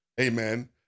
Amen